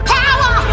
Power